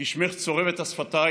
"כי שמך צורב את השפתיים".